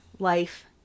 Life